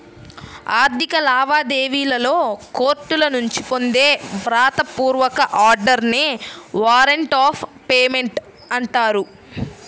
ఆర్థిక లావాదేవీలలో కోర్టుల నుంచి పొందే వ్రాత పూర్వక ఆర్డర్ నే వారెంట్ ఆఫ్ పేమెంట్ అంటారు